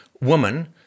woman